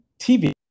TV